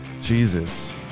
Jesus